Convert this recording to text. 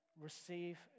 receive